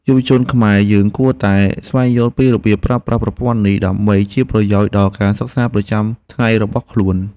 យុវជនខ្មែរយើងគួរតែស្វែងយល់ពីរបៀបប្រើប្រាស់ប្រព័ន្ធនេះដើម្បីជាប្រយោជន៍ដល់ការសិក្សាប្រចាំថ្ងៃរបស់ខ្លួន។